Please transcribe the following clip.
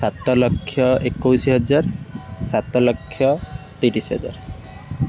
ସାତଲକ୍ଷ ଏକୋଇଶ ହଜାର ସାତ ଲକ୍ଷ ତିରିଶ ହଜାର